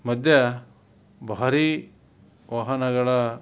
ಮಧ್ಯ ಭಾರೀ ವಾಹನಗಳ